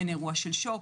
אין אירוע של שוק,